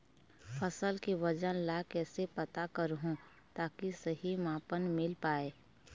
फसल के वजन ला कैसे पता करहूं ताकि सही मापन मील पाए?